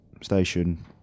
station